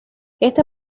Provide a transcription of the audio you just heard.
este